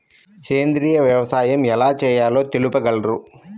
సేంద్రీయ వ్యవసాయం ఎలా చేయాలో తెలుపగలరు?